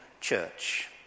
church